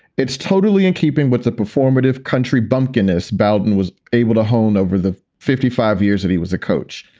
it's totally in keeping with the performative country bumpkin. s beldon was able to hone over the fifty five years that he was a coach.